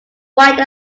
white